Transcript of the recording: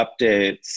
updates